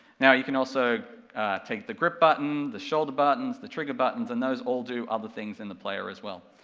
now you can also take the grip button, the shoulder buttons, the trigger buttons, and those all do other things in the player as well.